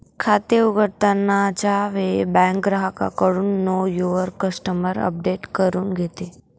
खाते उघडताना च्या वेळी बँक ग्राहकाकडून नो युवर कस्टमर अपडेट करून घेते